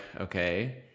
okay